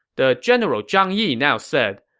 the general zhang yi now said,